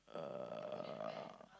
uh